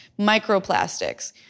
microplastics